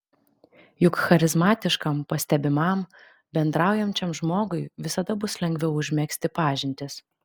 juk charizmatiškam pastebimam bendraujančiam žmogui visada bus lengviau užmegzti pažintis